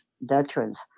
veterans